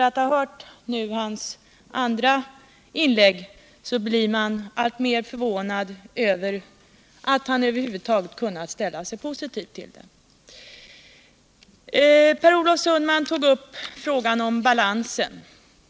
att ha hört hans andra inlägg är jag ännu mer förvånad över att han över huvud taget kunnat ställa sig positiv till det. Per Olof Sundman tog upp frågan om balansen.